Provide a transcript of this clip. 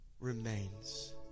remains